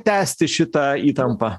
tęsti šitą įtampą